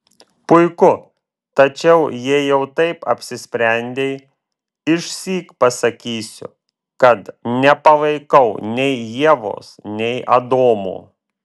puiku tačiau jei jau taip apsisprendei išsyk pasakysiu kad nepalaikau nei ievos nei adomo